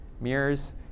mirrors